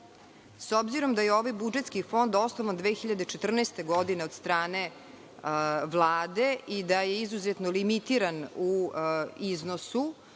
obzirom da je ovaj budžetski fond osnovan 2014. godine od strane Vlade i da je izuzetno limitiran u iznosu,